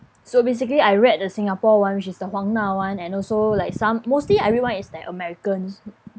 so basically I read a singapore one which is the huang na one and also like some mostly I read one is like americans